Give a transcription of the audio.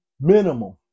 minimum